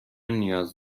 نیاز